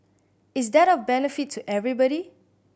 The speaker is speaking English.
is that of benefit to everybody